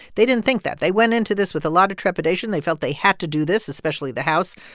they didn't think that. they went into this with a lot of trepidation. they felt they had to do this, especially the house.